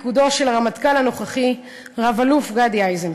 והרמטכ"ל הנוכחי, רב-אלוף גדי איזנקוט.